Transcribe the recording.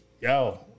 yo